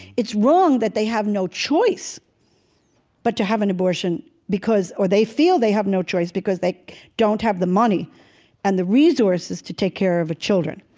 it's wrong that they have no choice but to have an abortion because, or they feel they have no choice, because they don't have the money and the resources to take care of children.